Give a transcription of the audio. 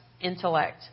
intellect